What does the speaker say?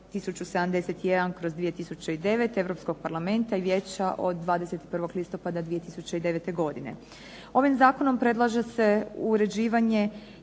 1071/2009. Europskog Parlamenta i Vijeća od 21. listopada 2009. godine. Ovim zakonom predlaže se uređivanje